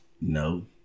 No